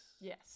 yes